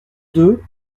deux